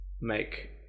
make